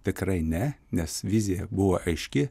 tikrai ne nes vizija buvo aiški